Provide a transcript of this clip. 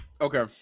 Okay